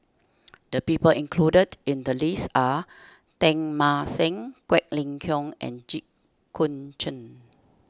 the people included in the list are Teng Mah Seng Quek Ling Kiong and Jit Koon Ch'ng